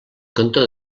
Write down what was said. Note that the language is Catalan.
cantó